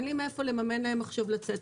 אין לי מאיפה לממן להם עכשיו לצאת,